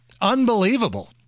Unbelievable